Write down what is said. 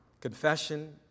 Confession